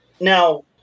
now